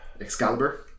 Excalibur